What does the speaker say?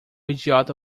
idiota